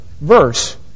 verse